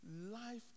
life